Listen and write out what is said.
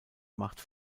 macht